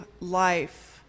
life